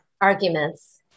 arguments